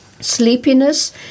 Sleepiness